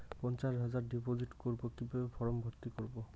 পঞ্চাশ হাজার ডিপোজিট করবো কিভাবে ফর্ম ভর্তি করবো?